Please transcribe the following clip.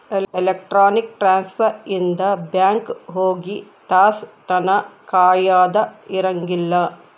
electronic transfer ಇಂದ bank ಹೋಗಿ ತಾಸ್ ತನ ಕಾಯದ ಇರಂಗಿಲ್ಲ